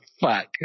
fuck